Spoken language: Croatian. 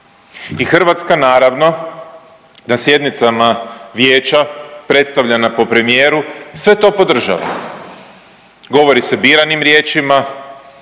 i Hrvatska, naravno, na sjednicama Vijeća predstavljana po premijeru, sve to podržava. Govori se biranim riječima,